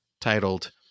titled